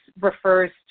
refers